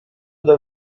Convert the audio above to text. into